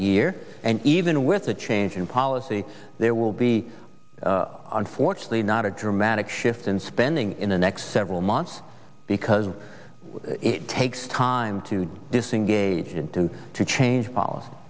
year and even with a change in policy there will be unfortunately not a dramatic shift in spending in the next several months because it takes time to disengage and to to change